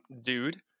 dude